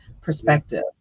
perspective